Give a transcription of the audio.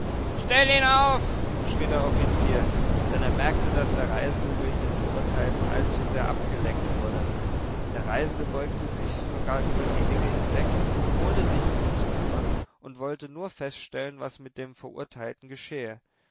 stell ihn auf schrie der offizier denn er merkte daß der reisende durch den verurteilten allzusehr abgelenkt wurde der reisende beugte sich sogar über die egge hinweg ohne sich um sie zu kümmern und wollte nur feststellen was mit dem verurteilten geschehe